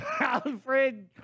Alfred